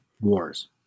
wars